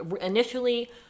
initially